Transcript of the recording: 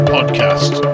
Podcast